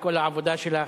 על כל העבודה שלך,